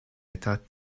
état